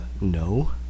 no